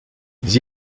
les